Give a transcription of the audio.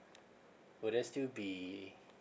will that still be